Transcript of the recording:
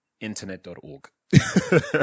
internet.org